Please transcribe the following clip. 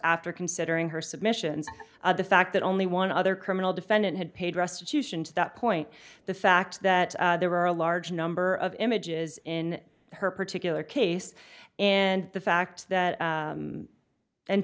after considering her submissions the fact that only one other criminal defendant had paid restitution to that point the fact that there were a large number of images in her particular case and the fact that